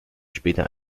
später